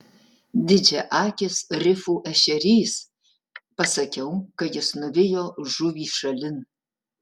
didžiaakis rifų ešerys pasakiau kai jis nuvijo žuvį šalin